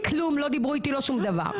כלום, לא דיברו איתי, לא שום דבר.